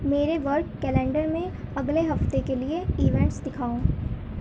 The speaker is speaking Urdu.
میرے ورک کیلنڈر میں اگلے ہفتے کے لیے ایونٹس دکھاؤ